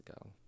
ago